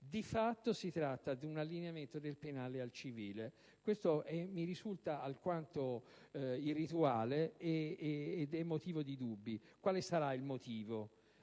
Di fatto, si tratta di un allineamento del penale al civile. Questo mi risulta alquanto irrituale ed è causa di dubbi. Quale sarà il motivo?